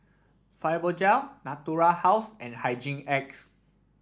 Fibogel Natura House and Hygin X